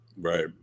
right